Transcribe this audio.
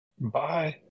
bye